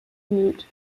bemüht